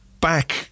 back